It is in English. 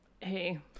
Hey